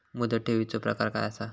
मुदत ठेवीचो प्रकार काय असा?